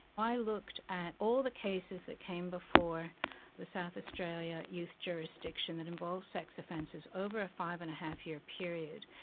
i looked at all the cases that came before the south australia youth jurisdiction that involved sex offences over a five and a half year period,